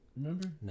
Remember